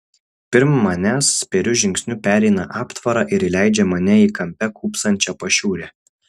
pirm manęs spėriu žingsniu pereina aptvarą ir įleidžia mane į kampe kūpsančią pašiūrę